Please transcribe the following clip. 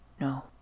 No